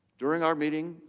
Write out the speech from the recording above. during our meeting,